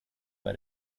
bei